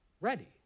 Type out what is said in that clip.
ready